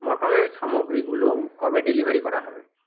মটনের সামগ্রীগুলো কবে ডেলিভারি করা হবে